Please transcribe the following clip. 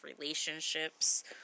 relationships